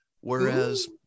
Whereas